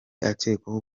akekwaho